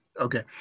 Okay